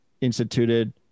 instituted